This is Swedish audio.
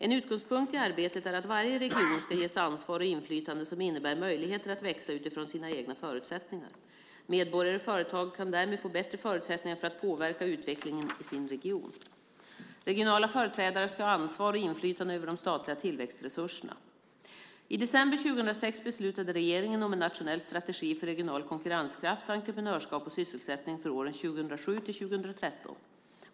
En utgångspunkt i arbetet är att varje region ska ges ansvar och inflytande som innebär möjligheter att växa utifrån sina egna förutsättningar. Medborgare och företag kan därmed få bättre förutsättningar för att påverka utvecklingen i sin region. Regionala företrädare ska ha ansvar och inflytande över de statliga tillväxtresurserna. I december 2006 beslutade regeringen om en nationell strategi för regional konkurrenskraft, entreprenörskap och sysselsättning för åren 2007-2013.